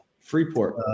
Freeport